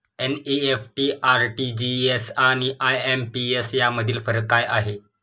NEFT, RTGS आणि IMPS यामधील फरक काय आहे?